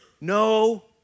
no